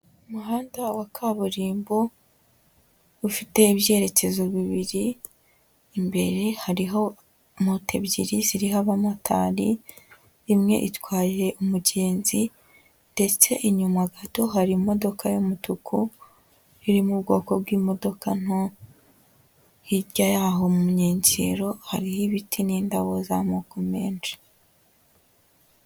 Umuhanda wa kaburimbo ufite ibyerekezo bibiri, imbere hariho moto ebyiri ziriho abamotari, imwe itwaye umugenzi ndetse inyuma gato hari imodoka y'umutuku iri mu bwoko bw'imodoka nto, hirya y'aho mu nkengero hariho ibiti n'indabo z'amoko menshi.